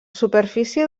superfície